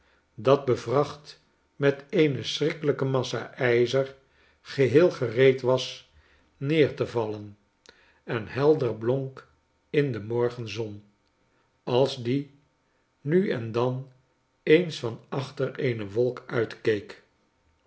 dat bevracht met eene schrikkelijke massa ijzer geheel gereed was neer te vallen en helder blonk in de morgenzon als die nu en dan eens van achter eene wolk uitkeek